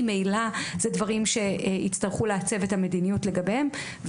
ממילא אלו דברים שיצטרכו לעצב את המדיניות לגביהם.